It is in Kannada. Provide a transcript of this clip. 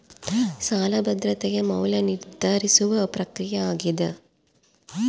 ಸಾಲ ಭದ್ರತೆಯ ಮೌಲ್ಯ ನಿರ್ಧರಿಸುವ ಪ್ರಕ್ರಿಯೆ ಆಗ್ಯಾದ